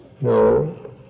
No